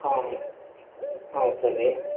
ಹಾಂ ಹ್ಞೂ ಸರಿ